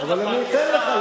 אבל אני אתן לך.